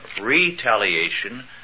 retaliation